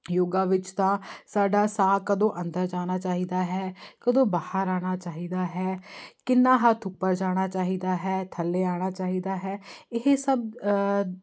ਯੋਗਾ ਵਿੱਚ ਤਾਂ ਸਾਡਾ ਸਾਹ ਕਦੋਂ ਅੰਦਰ ਜਾਣਾ ਚਾਹੀਦਾ ਹੈ ਕਦੋਂ ਬਾਹਰ ਆਉਣਾ ਚਾਹੀਦਾ ਹੈ ਕਿੰਨਾ ਹੱਥ ਉੱਪਰ ਜਾਣਾ ਚਾਹੀਦਾ ਹੈ ਥੱਲੇ ਆਉਣਾ ਚਾਹੀਦਾ ਹੈ ਇਹ ਸਭ